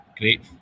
great